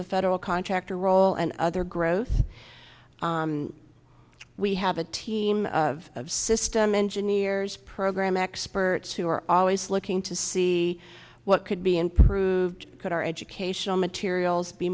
the federal contractor role and other growth we have a team of system engineers program experts who are always looking to see what could be improved could our educational materials be